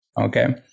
Okay